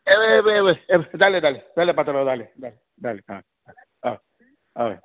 एपय एपय जालें जालें जालें पात्रांव हय हय हय